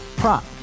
prop